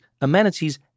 amenities